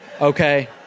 Okay